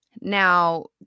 Now